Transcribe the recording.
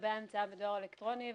לגבי המצאה בדואר אלקטרוני.